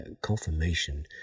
confirmation